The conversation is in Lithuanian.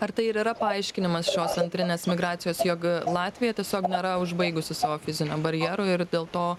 ar tai ir yra paaiškinimas šios antrinės migracijos jog latvija tiesiog nėra užbaigusi savo fizinio barjero ir dėl to